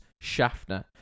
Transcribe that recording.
Schaffner